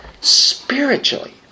Spiritually